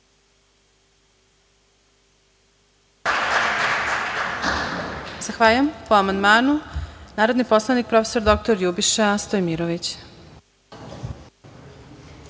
Zahvaljujem. Po amandmanu, narodni poslanik profesor dr Ljubiša Stojmirović.